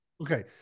Okay